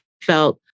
felt